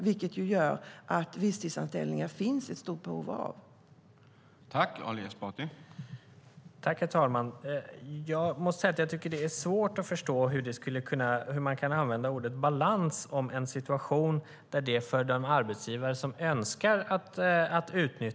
Det gör att det finns ett stort behov av visstidsanställningar.